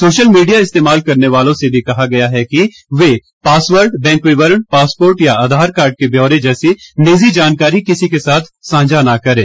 social media इस्तेमाल करने वालों से भी कहा गया है कि वे पासवर्ड बैंक विवरण पासपोर्ट या आधार कार्ड के ब्यौरे जैसी निजी जानकारी किसी के साथ साझा न करें